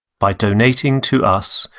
by donating to us,